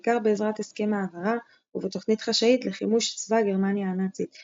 בעיקר בעזרת הסכם העברה ובתוכנית חשאית לחימוש צבא גרמניה הנאצית ,